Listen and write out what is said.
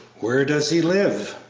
where does he live?